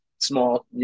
small